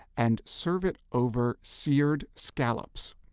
and serve it over seared scallops.